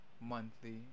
monthly